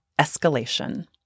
escalation